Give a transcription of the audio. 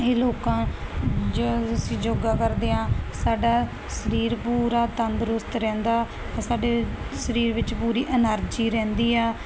ਇਹ ਲੋਕਾਂ ਜਦ ਅਸੀਂ ਯੋਗਾ ਕਰਦੇ ਹਾਂ ਸਾਡਾ ਸਰੀਰ ਪੂਰਾ ਤੰਦਰੁਸਤ ਰਹਿੰਦਾ ਸਾਡੇ ਸਰੀਰ ਵਿੱਚ ਪੂਰੀ ਐਨਰਜੀ ਰਹਿੰਦੀ ਆ